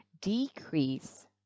decrease